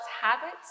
habits